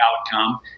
outcome